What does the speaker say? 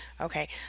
okay